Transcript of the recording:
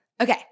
Okay